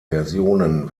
versionen